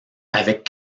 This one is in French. avec